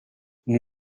nous